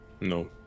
no